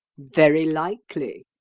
very likely,